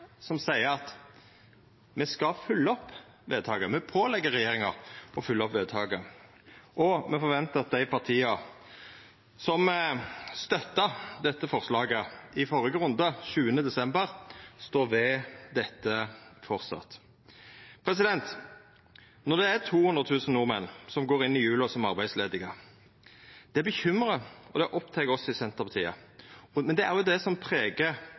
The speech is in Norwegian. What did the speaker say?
som seier at ein skal følgja opp vedtaket, me pålegg regjeringa å følgja opp vedtaket. Me forventar at dei partia som støtta dette forslaget i førre runde, 7. desember, står ved dette framleis. Når det er 200 000 nordmenn som går inn i jula som arbeidsledige, bekymrar og opptek det oss i Senterpartiet, og det er òg det som pregar